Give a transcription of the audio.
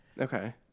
Okay